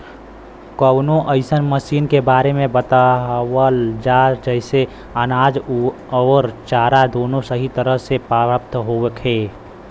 कवनो अइसन मशीन के बारे में बतावल जा जेसे अनाज अउर चारा दोनों सही तरह से प्राप्त होखे?